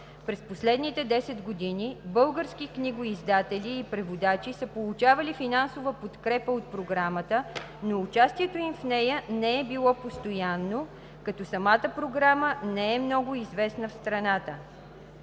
През последните 10 години български книгоиздатели и преводачи са получавали финансова подкрепа от програмата, но участието им в нея не е било постоянно, като самата програма не е много известна в страната.